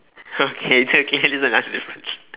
okay this is one okay this is another difference